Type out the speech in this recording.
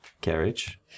carriage